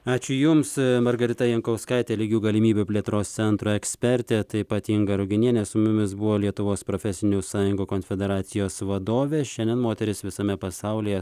ačiū jums margarita jankauskaitė lygių galimybių plėtros centro ekspertė taip pat inga ruginienė su mumis buvo lietuvos profesinių sąjungų konfederacijos vadovė šiandien moterys visame pasaulyje